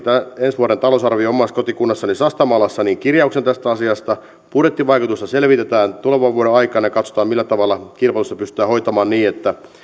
vuoden talousarvioon omassa kotikunnassani sastamalassa kirjauksen tästä asiasta budjettivaikutusta selvitetään tulevan vuoden aikana ja katsotaan millä tavalla kilpailutusta pystytään hoitamaan niin